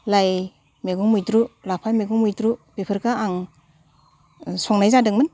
लाइ मैगं मैद्रु लाफा मैगं मैद्रु बेफोरखो आं संनाय जादोंमोन